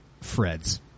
Freds